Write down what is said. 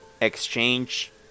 exchange